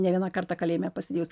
ne vieną kartą kalėjime pasėdėjus